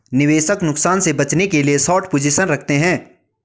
निवेशक नुकसान से बचने के लिए शार्ट पोजीशन रखते है